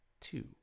two